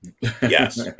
Yes